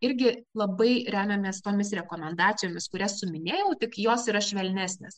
irgi labai remiamės tomis rekomendacijomis kurias suminėjau tik jos yra švelnesnės